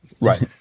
Right